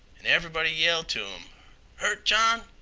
an' everybody yelled to im hurt, john?